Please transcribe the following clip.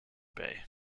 bay